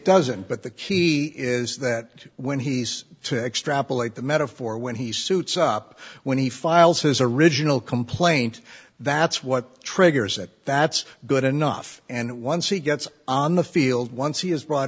doesn't but the key is that when he's to extrapolate the metaphor when he suits up when he files his original complaint that's what triggers it that's good enough and once he gets on the field once he has brought